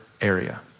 area